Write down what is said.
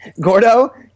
Gordo